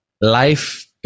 life